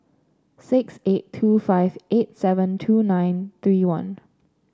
six eight two five eight seven two nine three one